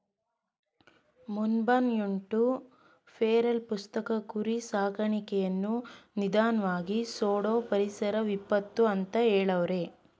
ಮೊನ್ಬಯೋಟ್ನ feral ಪುಸ್ತಕ ಕುರಿ ಸಾಕಾಣಿಕೆಯನ್ನು ನಿಧಾನ್ವಾಗಿ ಸುಡೋ ಪರಿಸರ ವಿಪತ್ತು ಅಂತ ಹೆಳವ್ರೆ